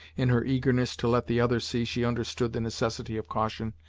in her eagerness to let the other see she understood the necessity of caution.